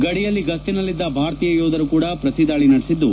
ಗಡಿಯಲ್ಲಿ ಗಸ್ತಿನಲ್ಲಿದ್ದ ಭಾರತೀಯ ಯೋಧರು ಕೂಡ ಪ್ರತಿ ದಾಳಿ ನಡೆಸಿದ್ದು